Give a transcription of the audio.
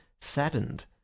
saddened